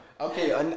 Okay